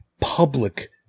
public